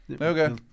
Okay